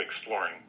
exploring